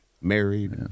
married